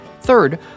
Third